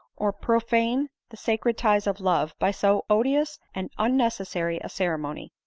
or profane the sacred ties of love by so odi ous and unnecessary a ceremony.